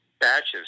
Batches